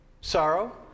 sorrow